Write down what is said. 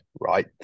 right